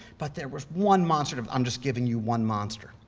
but there was one monster i'm just giving you one monster.